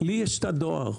לי יש תא דואר.